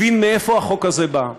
הבין מאיפה החוק הזה בא,